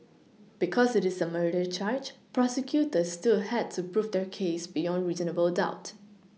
because it is a murder charge prosecutors still had to prove their case beyond reasonable doubt